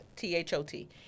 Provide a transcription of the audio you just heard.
T-H-O-T